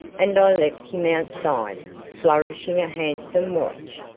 and i left him outside, flourishing a handsome watch,